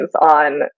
on